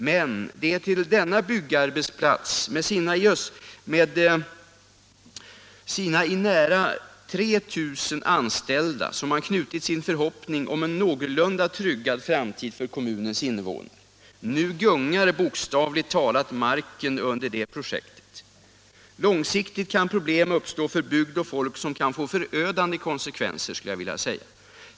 Men, det är till denna byggarbetsplats med sina i dag nära 3000 anställda som man knutit sin förhoppning om en någorlunda tryggad framtid för kommunens innevånare. Nu gungar bokstavligt talat marken under detta projekt. Långsiktigt kan problem uppstå för bygd och folk som kan få förödande konsekvenser.